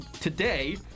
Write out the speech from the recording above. today